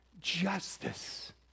Justice